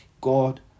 God